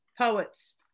poets